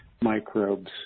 microbes